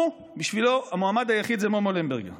כלומר, בשבילו המועמד היחיד הוא מומו למברגר.